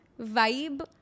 vibe